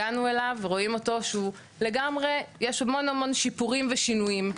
הגענו אליו ורואים אותו שהוא לגמרי יש המון המון שיפורים ושינויים,